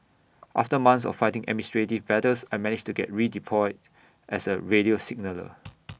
after months of fighting administrative battles I managed to get redeployed as A radio signaller